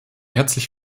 herzlich